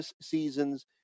seasons